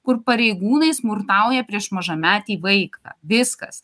kur pareigūnai smurtauja prieš mažametį vaiką viskas